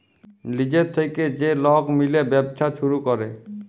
লিজের থ্যাইকে যে লক মিলে ব্যবছা ছুরু ক্যরে